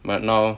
but now